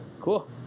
cool